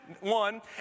one